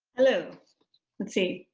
hello, let's see.